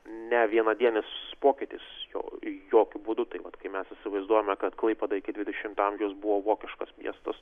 ne vienadienis pokytis jo jokiu būdu tai vat kai mes įsivaizduojame kad klaipėda iki dvidešimto amžiaus buvo vokiškos miestas